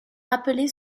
rappelée